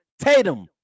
Tatum